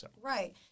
Right